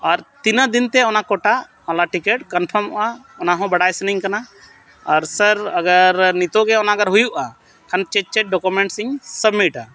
ᱟᱨ ᱛᱤᱱᱟᱹ ᱫᱤᱱᱛᱮ ᱚᱱᱟ ᱠᱳᱴᱟ ᱚᱱᱟ ᱴᱤᱠᱤᱴ ᱠᱚᱱᱯᱷᱟᱨᱢ ᱚᱜᱼᱟ ᱚᱱᱟᱦᱚᱸ ᱵᱟᱲᱟᱭ ᱥᱟᱹᱱᱟᱹᱧ ᱠᱟᱱᱟ ᱟᱨ ᱥᱟᱨ ᱟᱜᱟᱨ ᱱᱤᱛᱳᱜ ᱜᱮ ᱚᱱᱟ ᱟᱜᱟᱨ ᱦᱩᱭᱩᱜᱼᱟ ᱠᱷᱟᱱ ᱪᱮᱫ ᱪᱮᱫ ᱰᱚᱠᱩᱢᱮᱱᱴᱥ ᱤᱧ ᱥᱟᱵᱽᱢᱤᱴᱟ